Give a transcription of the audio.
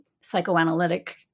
psychoanalytic